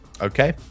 okay